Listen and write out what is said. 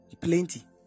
Plenty